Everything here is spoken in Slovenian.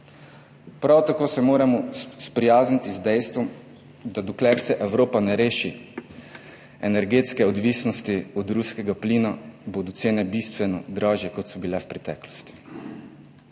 Prav tako se moramo sprijazniti z dejstvom, da bodo cene, dokler se Evropa ne reši energetske odvisnosti od ruskega plina, bistveno dražje, kot so bile v preteklosti.